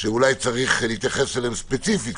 שאולי צריך להתייחס אליהן ספציפית,